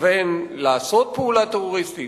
התכוון לעשות פעולה טרוריסטית,